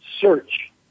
search